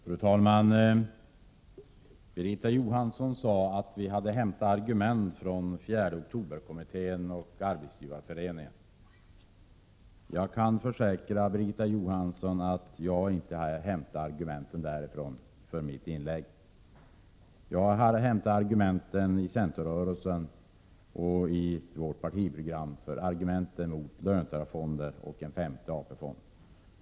Fru talman! Birgitta Johansson sade att vi hade hämtat argument från 4 oktober-kommittén och Arbetsgivareföreningen. Jag kan försäkra Birgitta Johansson att jag inte har hämtat argumenten i mitt inlägg därifrån. Jag hade hämtat argumenten mot löntagarfonder och mot en femte AP-fond från centerrörelsen och från vårt partiprogram.